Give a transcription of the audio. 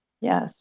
Yes